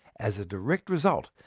as a direct result,